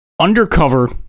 undercover